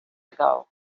ago